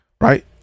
right